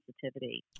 sensitivity